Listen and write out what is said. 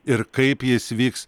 ir kaip jis vyks